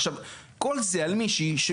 כל זה על מישהי,